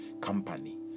company